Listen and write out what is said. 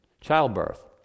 childbirth